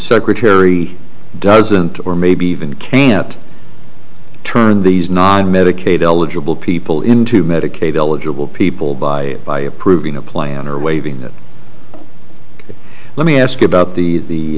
secretary doesn't or maybe even can't turn these not medicaid eligible people into medicaid eligible people by by approving a plan or waiving that let me ask you about the